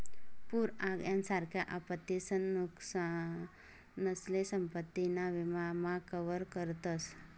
पूर आग यासारख्या आपत्तीसन नुकसानसले संपत्ती ना विमा मा कवर करतस